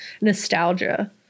nostalgia